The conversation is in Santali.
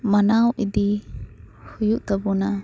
ᱢᱟᱱᱟᱣ ᱤᱫᱤ ᱦᱩᱭᱩᱜ ᱛᱟᱵᱚᱱᱟ